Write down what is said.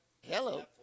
Hello